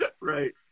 right